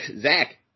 Zach